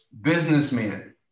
businessmen